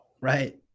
Right